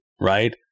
right